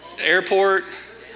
Airport